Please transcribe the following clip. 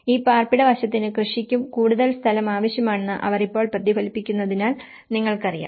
ഈ പാർപ്പിട വശത്തിനും കൃഷിക്കും കൂടുതൽ സ്ഥലം ആവശ്യമാണെന്ന് അവർ ഇപ്പോൾ പ്രതിഫലിപ്പിക്കുന്നതിനാൽ നിങ്ങൾക്കറിയാം